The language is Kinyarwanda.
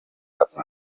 bafite